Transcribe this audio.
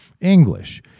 English